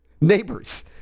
neighbors